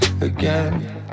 again